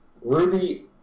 Ruby